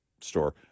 store